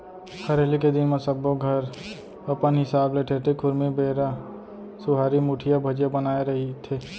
हरेली के दिन म सब्बो घर अपन हिसाब ले ठेठरी, खुरमी, बेरा, सुहारी, मुठिया, भजिया बनाए रहिथे